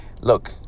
Look